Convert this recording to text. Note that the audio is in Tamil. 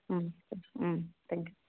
ம் ம் தேங்கி யூ